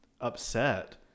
upset